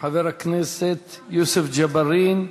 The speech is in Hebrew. חבר הכנסת יוסף ג'בארין,